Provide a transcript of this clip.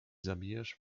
zbijesz